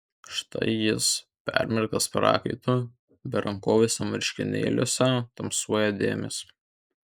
štai jis permirkęs prakaitu berankoviuose marškinėliuose tamsuoja dėmės